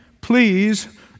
please